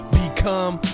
become